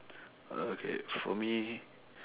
oh okay for me